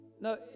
No